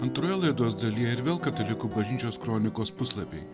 antroje laidos dalyje ir vėl katalikų bažnyčios kronikos puslapiai